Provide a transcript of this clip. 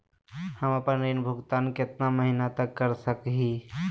हम आपन ऋण भुगतान कितना महीना तक कर सक ही?